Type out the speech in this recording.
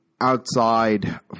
outside